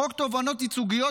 חוק תובענות ייצוגיות,